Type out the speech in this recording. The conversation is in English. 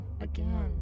Again